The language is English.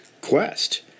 quest